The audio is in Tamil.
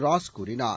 ராஸ் கூறினார்